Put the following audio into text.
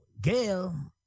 Gail